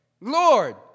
Lord